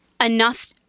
Enough